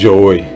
Joy